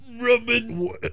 rubbing